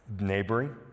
Neighboring